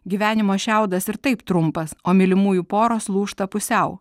gyvenimo šiaudas ir taip trumpas o mylimųjų poros lūžta pusiau